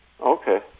Okay